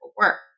work